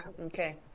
Okay